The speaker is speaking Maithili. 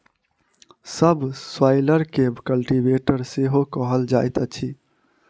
सब स्वाइलर के कल्टीवेटर सेहो कहल जाइत अछि